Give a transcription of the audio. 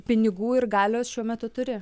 pinigų ir galios šiuo metu turi